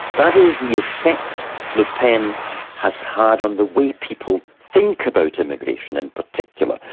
that is the effect le pen has had on the way people think about immigration in but particular,